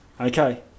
Okay